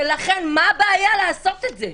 ולכן מה הבעיה לעשות את זה?